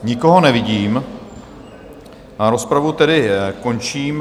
Nikoho nevidím, rozpravu tedy končím.